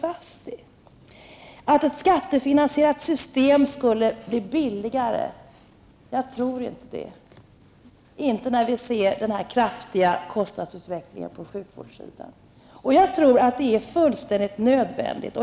Jag tror inte att ett skattefinansierat system skulle bli billigare -- inte när man ser den kraftiga kostnadsutvecklingen på sjukvårdssidan.